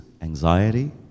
anxiety